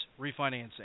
refinancing